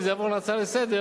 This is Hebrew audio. אם זה יעבור להצעה לסדר-היום,